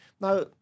now